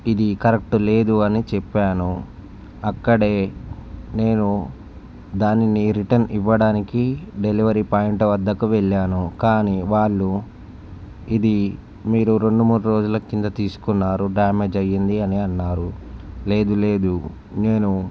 ఇది కరెక్ట్ లేదు అని చెప్పాను అక్కడ నేను దానిని రిటర్న్ ఇవ్వడానికి డెలివరీ పాయింట్ వద్దకు వెళ్ళాను కానీ వాళ్ళు ఇది మీరు రెండు మూడు రోజుల కింద తీసుకున్నారు డ్యామేజ్ అయింది అని అన్నారు లేదు లేదు నేను